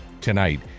tonight